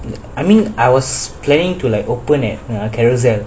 I mean I was planning to like open at carousell